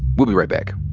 we'll be right back.